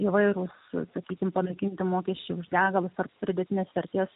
įvairūs sakykim panaikinti mokesčiai už degalus ar pridėtinės vertės